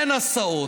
אין הסעות,